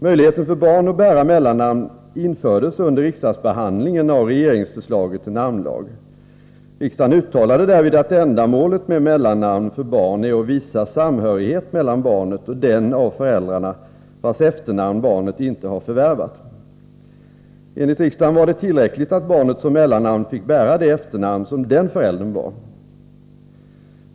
Möjligheten för barn att bära mellannamn infördes under riksdagsbehandlingen av regeringsförslaget till namnlag. Riksdagen uttalade därvid att ändamålet med mellannamn för barn är att visa samhörighet mellan barnet och den av föräldrarna vars efternamn barnet inte har förvärvat. Enligt riksdagen var det tillräckligt att barnet som mellannamn fick bära det efternamn som den föräldern bar.